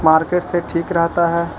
market سے ٹھیک رہتا ہے